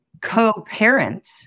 co-parent